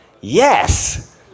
Yes